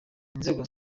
inzego